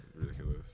Ridiculous